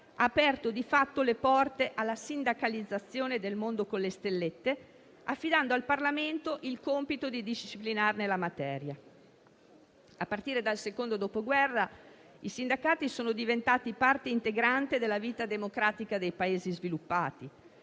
aperto di fatto le porte alla sindacalizzazione del mondo "con le stellette", affidando al Parlamento il compito di disciplinarne la materia. A partire dal secondo dopoguerra i sindacati sono diventati parte integrante della vita democratica dei Paesi sviluppati;